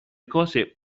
cose